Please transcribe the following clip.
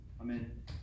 Amen